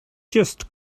just